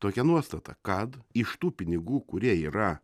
tokią nuostatą kad iš tų pinigų kurie yra